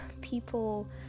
people